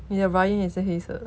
你的 bra in 也是黑色的